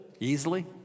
easily